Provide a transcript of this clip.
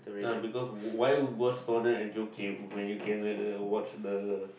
ya because why was Sonia and Joakim when you can uh uh watch the